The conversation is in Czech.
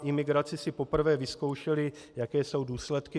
Na imigraci jsme si poprvé vyzkoušeli, jaké jsou důsledky.